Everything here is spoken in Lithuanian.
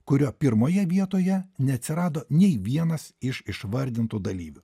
kurio pirmoje vietoje neatsirado nei vienas iš išvardintų dalyvių